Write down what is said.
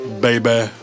baby